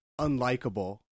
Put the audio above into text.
unlikable